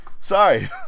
Sorry